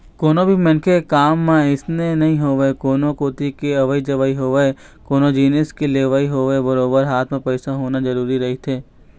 कोनो भी मनखे के काम ह अइसने नइ होवय कोनो कोती के अवई जवई होवय कोनो जिनिस के लेवई होवय बरोबर हाथ म पइसा होना जरुरी रहिथे